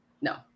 No